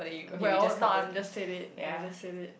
well no I am just say it and I just say it